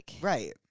Right